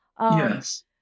yes